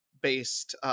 based